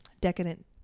decadent